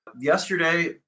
Yesterday